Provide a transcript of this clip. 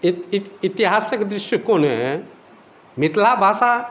इतिहासक दृष्टिकोणे मिथिला भाषा